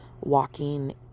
walking